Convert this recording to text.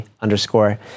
underscore